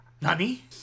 Nani